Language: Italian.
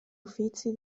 uffizi